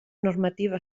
normativa